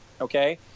Okay